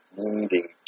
needing